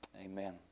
Amen